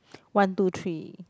one two three